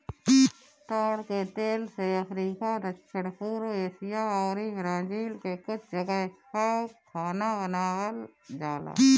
ताड़ के तेल से अफ्रीका, दक्षिण पूर्व एशिया अउरी ब्राजील के कुछ जगह पअ खाना बनावल जाला